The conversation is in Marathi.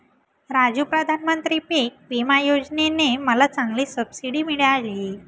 राजू प्रधानमंत्री पिक विमा योजने ने मला चांगली सबसिडी मिळाली